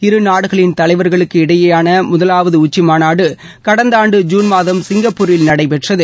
இரு நாடுகளின் தலைவர்களுக்கு இடையேயான முதலாவது உச்சிமாநாடு கடந்த ஆண்டு ஜூன் மாதம் சிங்கப்பூரில் நடைபெற்றது